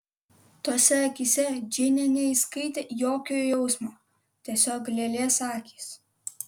tose akyse džeinė neįskaitė jokio jausmo tiesiog lėlės akys